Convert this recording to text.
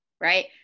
Right